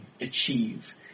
achieve